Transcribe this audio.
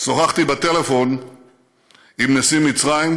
שוחחתי בטלפון עם נשיא מצרים,